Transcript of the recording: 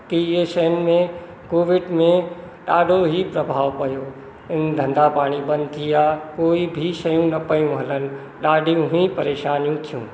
की इहे शयुनि में कोविड में ॾाढो ई प्रभाव पियो ऐं धंधा पाणी बंदि थिया कोई बि शयूं न पियूं हलनि ॾाढियूं ई परेशानियूं थियूं